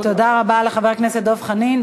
תודה רבה לחבר הכנסת דב חנין.